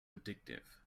addictive